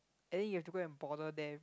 and then you have to go and bother them